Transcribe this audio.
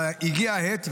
הגיעה העת,